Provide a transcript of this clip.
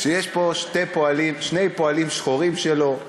כשיש פה שני פועלים שחורים שלו,